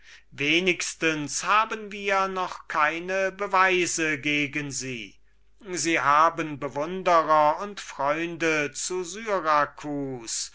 wenigstens haben wir noch keine beweise gegen sie sie haben bewunderer und freunde zu syracus